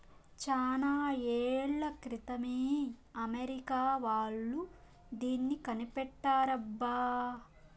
చానా ఏళ్ల క్రితమే అమెరికా వాళ్ళు దీన్ని కనిపెట్టారబ్బా